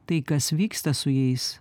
tai kas vyksta su jais